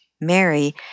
Mary